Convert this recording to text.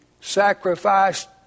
sacrificed